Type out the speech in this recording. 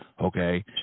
okay